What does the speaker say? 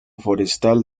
forestal